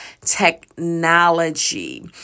technology